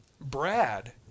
Brad